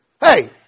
hey